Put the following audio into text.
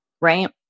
right